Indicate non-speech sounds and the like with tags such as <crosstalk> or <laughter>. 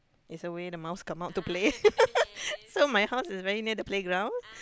is away the mouse come out to play <laughs> so my house is very near the playground